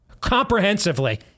Comprehensively